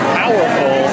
powerful